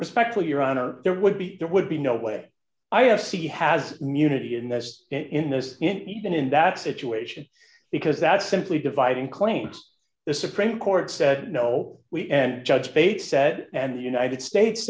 respectfully your honor there would be there would be no way i asked he has munity in this in this and even in that situation because that's simply dividing claims the supreme court said no we end judge bates said and the united states